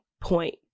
point